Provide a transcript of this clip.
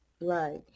Right